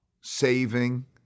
saving